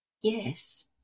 yes